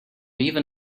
even